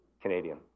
Canadian